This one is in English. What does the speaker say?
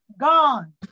gone